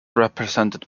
represented